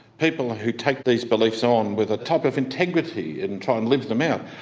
people who take these beliefs on with a type of integrity and try and live them out.